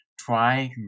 try